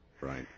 Right